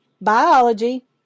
Biology